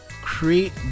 Create